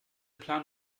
plan